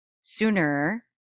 sooner